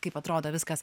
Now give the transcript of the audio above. kaip atrodo viskas